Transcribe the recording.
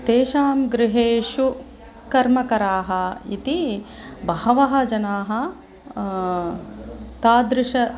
तेषां गृहेषु कर्मकराः इति बहवः जनाः तादृशाम्